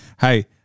hey